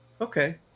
Okay